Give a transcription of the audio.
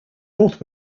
north